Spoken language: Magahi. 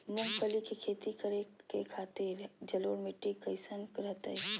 मूंगफली के खेती करें के खातिर जलोढ़ मिट्टी कईसन रहतय?